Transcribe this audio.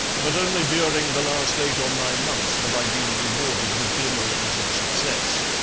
but only during the last eight or nine months have i been rewarded with glimmerings of success.